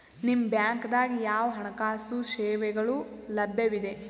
ನಿಮ ಬ್ಯಾಂಕ ದಾಗ ಯಾವ ಹಣಕಾಸು ಸೇವೆಗಳು ಲಭ್ಯವಿದೆ?